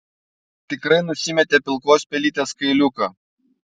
tikrai nusimetė pilkos pelytės kailiuką